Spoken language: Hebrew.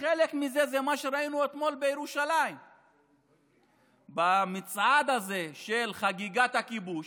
חלק מזה זה מה שראינו אתמול בירושלים במצעד הזה של חגיגת הכיבוש.